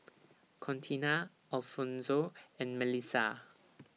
Contina Alfonzo and Mellissa